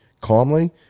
calmly